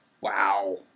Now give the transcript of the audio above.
Wow